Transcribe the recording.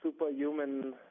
superhuman